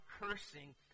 cursing